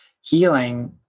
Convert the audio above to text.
healing